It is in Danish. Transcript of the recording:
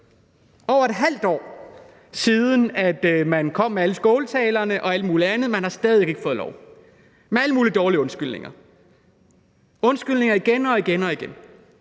over et halvt år siden, at man kom med alle skåltalerne og alt mulig andet, men man har stadig væk ikke fået lov – med alle mulige dårlige undskyldninger. Undskyldninger igen og igen. Man